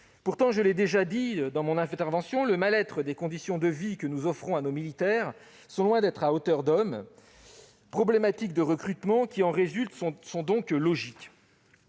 Pourtant, je le répète, le mal-être et les conditions de vie que nous offrons à nos militaires sont loin d'être « à hauteur d'homme ». Les problématiques de recrutement qui en résultent sont donc logiques.